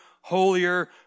holier